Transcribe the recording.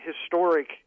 historic